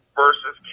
versus